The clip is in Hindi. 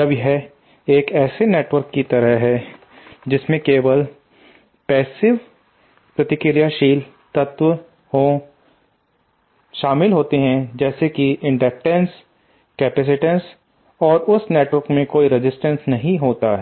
जब यह एक ऐसे नेटवर्क की तरह है जिसमें केवल पैसिव प्रतिक्रियाशील तब तो शामिल होते हैं जैसे कि इंडक्टन्सेस और कैपेसीटेट और उस नेटवर्क में कोई रेसिस्टेन्सेस नहीं होता है